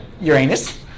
Uranus